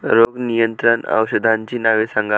रोग नियंत्रण औषधांची नावे सांगा?